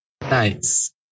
Nice